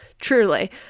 Truly